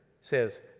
says